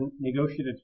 negotiated